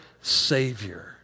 Savior